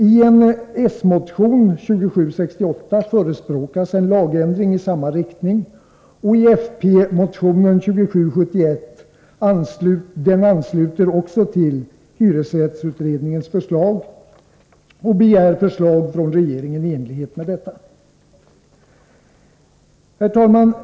I s-motion 2768 förespråkas en lagändring i samma riktning, och fp-motion 2771 ansluter även den till hyresrättsutredningens förslag och begär förslag från regeringen i enlighet med detta.